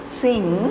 sing